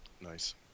Nice